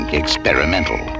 experimental